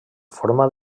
forma